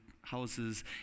houses